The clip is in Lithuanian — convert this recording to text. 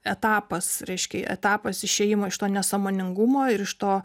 etapas reiškia etapas išėjimo iš to nesąmoningumo ir iš to